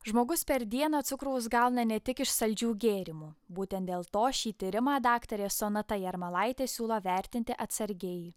žmogus per dieną cukraus gauna ne tik iš saldžių gėrimų būtent dėl to šį tyrimą daktarė sonata jarmalaitė siūlo vertinti atsargiai